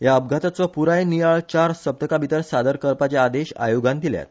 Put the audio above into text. ह्या अपघाताचो पुराय नियाळ चार सप्तकांभितर सादर करपाचे आदेश आयोगान दिल्यात